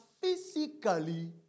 physically